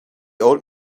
old